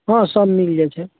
हँ सब मिल जाइ छै